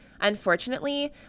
Unfortunately